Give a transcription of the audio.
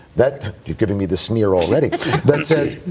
that you're giving me the sneer already that says,